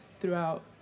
throughout